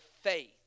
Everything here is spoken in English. faith